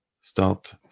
start